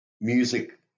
music